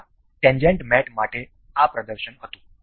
તેથી આ ટેન્જેન્ટ મેટ માટે આ પ્રદર્શન હતું